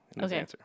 Okay